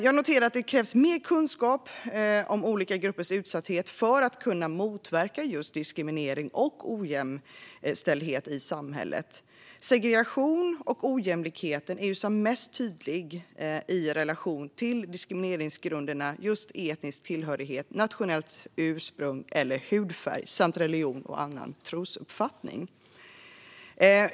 Jag noterar att det krävs mer kunskap om olika gruppers utsatthet för att kunna motverka just diskriminering och ojämställdhet i samhället. Segregationen och ojämlikheten är som mest tydliga i relation till diskrimineringsgrunderna etnisk tillhörighet, nationellt ursprung eller hudfärg samt religion och annan trosuppfattning.